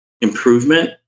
improvement